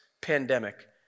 pandemic